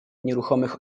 nieruchomych